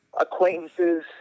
acquaintances